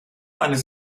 eines